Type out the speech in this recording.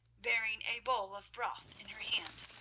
bearing a bowl of broth in her hand.